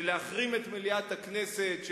להחרים את מליאת הכנסת,